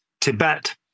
Tibet